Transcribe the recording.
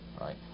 right